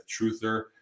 truther